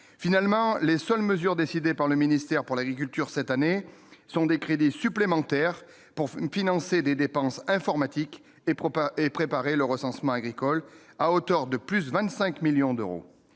finalement les seules mesures décidées par le ministère pour l'agriculture cette année sont des crédits supplémentaires pour financer des dépenses informatiques et et préparer le recensement agricole à hauteur de plus de 25 millions d'euros,